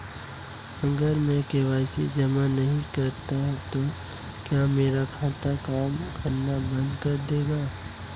अगर मैं के.वाई.सी जमा नहीं करता तो क्या मेरा खाता काम करना बंद कर देगा?